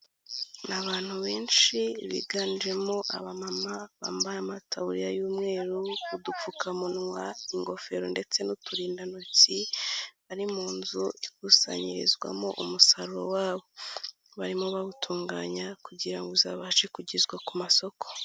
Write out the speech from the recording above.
Ni abantu benshi biganjemo abamama bambaye amataburiya y'umweru, udupfukamunwa, ingofero ndetse n'uturindantoki, bari mu nzu ikusanyirizwamo umusaruro wabo. Barimo bawutunganya, kugira ngo uzabashe kugezwa ku masoko.